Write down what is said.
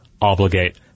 obligate